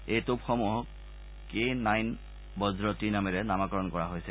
এই টোপসমূহক K nine বজ্ টি নামেৰে নামকৰণ কৰা হৈছে